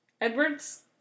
Edwards